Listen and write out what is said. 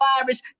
virus